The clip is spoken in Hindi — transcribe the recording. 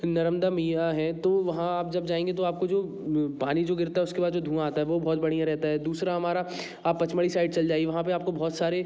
नर्मदा मैया है तो वहाँ आप जब जाएँगे तो आपको जो पानी जो गिरता है उसके बाद जो धुंआँ आता है वह बहुत बढ़िया रहता है दूसरा हमारा आप पचमढ़ी साइड चले जाइए वहाँ पर आपको बहुत सारे